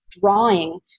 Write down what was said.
drawing